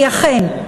כי אכן,